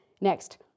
Next